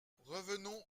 revenons